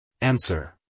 Answer